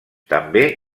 també